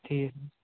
ٹھیٖک